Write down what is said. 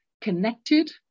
connected